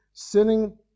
Sinning